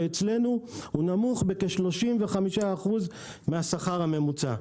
אצלנו הוא נמוך בכ-35% מן השכר הממוצע.